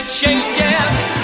changing